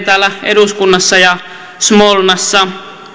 täällä eduskunnassa ja smolnassa